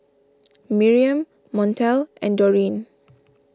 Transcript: Miriam Montel and Dorine